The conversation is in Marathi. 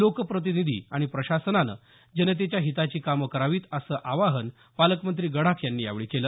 लोकप्रतिनिधी आणि प्रशासनानं जनतेच्या हिताची कामं करावीत असं आवाहन पालकमंत्री गडाख यांनी यावेळी केलं